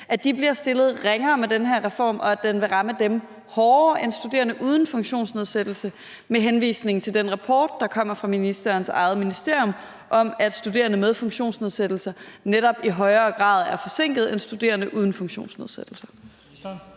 SPS – bliver stillet ringere med den her reform, og at den vil ramme dem hårdere end studerende uden funktionsnedsættelse, med henvisning til den rapport, der kommer fra ministerens eget ministerium, om, at studerende med funktionsnedsættelse netop i højere grad er forsinkede end studerende uden funktionsnedsættelse?